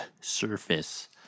surface